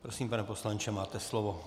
Prosím, pane poslanče, máte slovo.